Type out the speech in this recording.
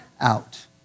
out